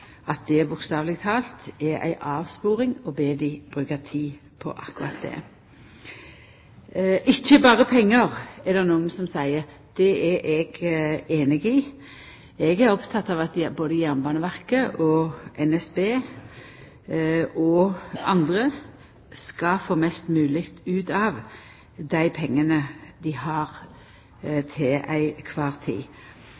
det, bokstaveleg talt, ei avsporing å be dei bruka tid på akkurat det. Det handlar ikkje berre om pengar, er det nokon som seier. Det er eg einig i. Eg er oppteken av at både Jernbaneverket, NSB og andre skal få mest mogleg ut av dei pengane dei har